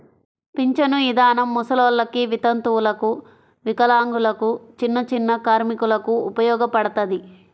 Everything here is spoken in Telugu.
పింఛను ఇదానం ముసలోల్లకి, వితంతువులకు, వికలాంగులకు, చిన్నచిన్న కార్మికులకు ఉపయోగపడతది